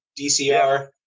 DCR